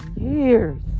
years